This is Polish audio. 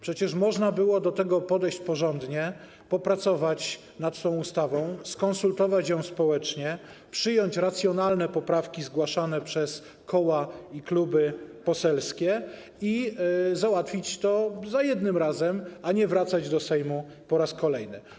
Przecież można było do tego podejść porządnie, popracować nad tą ustawą, skonsultować ją społecznie, przyjąć racjonalne poprawki zgłaszane przez koła i kluby poselskie i załatwić to za jednym razem, a nie wracać do Sejmu po raz kolejny.